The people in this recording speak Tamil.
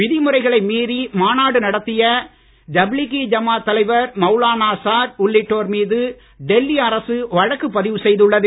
விதிமுறைகளை மீறி மாநாடு நடத்திய தப்லீகி ஜமாத் தலைவர் மவுலானா சாத் உள்ளிட்டோர் மீது டெல்லி அரசு வழக்கு பதிவு செய்துள்ளது